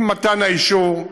עם מתן האישור,